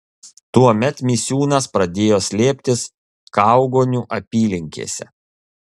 tuomet misiūnas pradėjo slėptis kaugonių apylinkėse